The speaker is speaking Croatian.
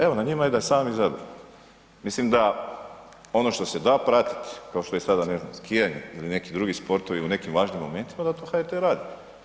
Evo na njima je da sami …/nerazumljivo/… mislim da ono što se da pratiti kao što je sada ne znam skijanje ili neki drugi sportovi u nekim važnijim momentima da to HRT radi.